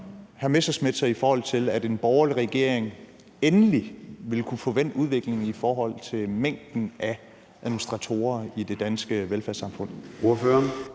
Messerschmidt sig, i forhold til at en borgerlig regering endelig ville kunne få vendt udviklingen i forhold til mængden af administratorer i det danske velfærdssamfund?